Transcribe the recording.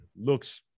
Looks